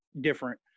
different